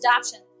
adoption